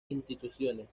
instituciones